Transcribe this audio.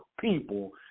people